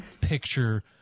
picture